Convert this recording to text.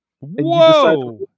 Whoa